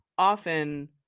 often